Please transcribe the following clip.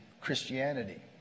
Christianity